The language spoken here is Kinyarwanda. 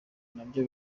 nabyo